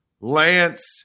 Lance